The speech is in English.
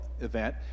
event